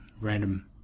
random